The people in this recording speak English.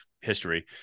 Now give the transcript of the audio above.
history